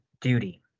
duty